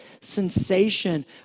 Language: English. sensation